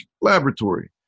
Laboratory